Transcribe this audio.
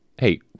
hey